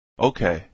Okay